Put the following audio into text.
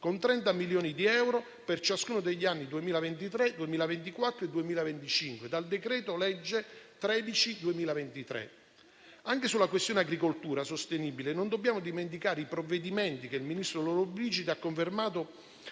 con 30 milioni di euro per ciascuno degli anni 2023, 2024 e 2025 dal decreto-legge n. 13 del 2023. Anche sulla questione agricoltura sostenibile non dobbiamo dimenticare i provvedimenti che il ministro Lollobrigida ha confermato